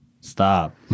Stop